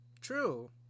True